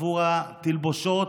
עבור התלבושות,